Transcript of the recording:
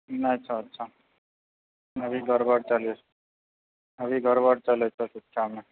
नहि चलतऽ अभी गरबर चलै छै अभी गरबर चलै छ शिक्षा मे